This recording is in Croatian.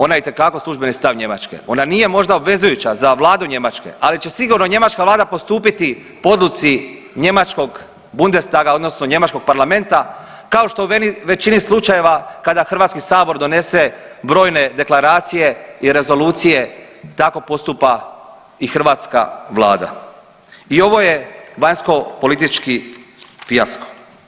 Ona je itekako službeni stav Njemačke, ona nije možda obvezujuća za vladu Njemačke, ali će sigurno njemačka vlada postupiti po odluci njemačkog Bundestaga odnosno njemačkog parlamenta kao što u većini slučajeva kada HS donese brojne deklaracije i rezolucije tako postupa i hrvatska vlada i ovo je vanjskopolitički fijasko.